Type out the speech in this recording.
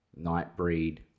Nightbreed